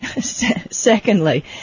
Secondly